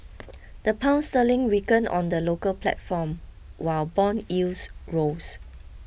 the pound sterling weakened on the local platform while bond yields rose